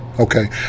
Okay